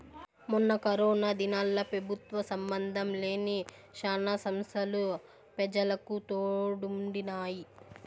మొన్న కరోనా దినాల్ల పెబుత్వ సంబందం లేని శానా సంస్తలు పెజలకు తోడుండినాయి